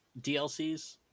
DLCs